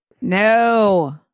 no